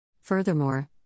Furthermore